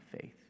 faith